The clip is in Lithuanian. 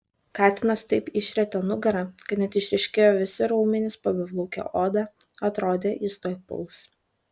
katinas taip išrietė nugarą kad net išryškėjo visi raumenys po beplauke oda atrodė jis tuoj puls